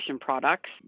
products